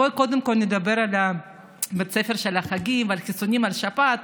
בואו קודם כול נדבר על בית הספר של החגים ועל החיסונים לשפעת,